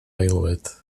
aelwyd